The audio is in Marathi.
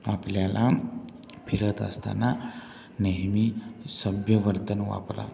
आपल्याला फिरत असताना नेहमी सभ्य वर्तन वापरा